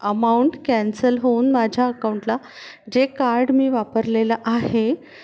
amount cancel होऊन माझ्या अकाऊंटला जे कार्ड मी वापरलेलं आहे